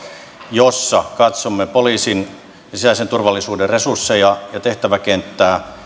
jossa katsomme poliisin ja sisäisen turvallisuuden resursseja ja tehtäväkenttää